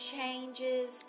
changes